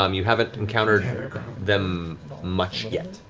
um you haven't encountered them much yet.